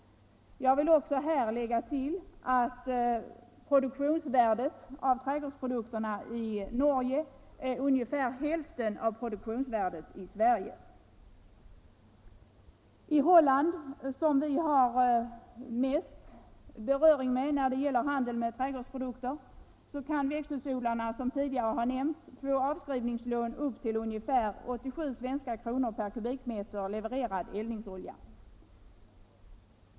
Jag vill här lägga till att produktionsvärdet på trädgårdsprodukterna i Norge är ungefär hälften av produktionsvärdet i Sverige. I Holland, som vi har mest beröring med när det gäller handel med trädgårdsprodukter, kan växthusodlarna som nämnts få avskrivningslån på upp till ungefär 87 svenska kronor per kubikmeter levererad eldnings 35 olja.